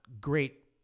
great